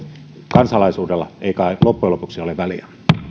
kansalaisuudella ei kai loppujen lopuksi ole väliä